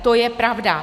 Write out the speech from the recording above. To je pravda.